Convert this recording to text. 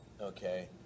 okay